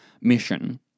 mission